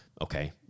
Okay